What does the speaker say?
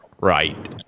right